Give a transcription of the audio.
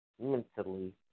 mentally